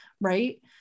right